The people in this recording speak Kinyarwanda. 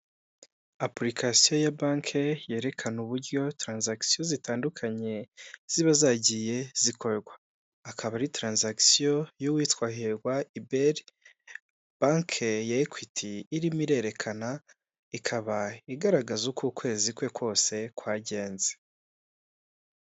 Apulikasiyo yabanki yerekana uburyo taransagisiyo zitandukanye ziba zagiye zikorwa, akaba ari taransagisiyo y'uwitwa Hirwa Hybert, banki ya Equity irimo irerekana, ikaba igaragaza uko ukwezi kwe kose kwagenze.